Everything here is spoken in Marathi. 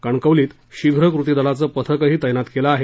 कणकवलीत शीघ्र कृतीदलाचं पथकही तैनात केलं आहे